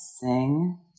sing